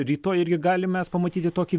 rytoj irgi galim mes pamatyti tokį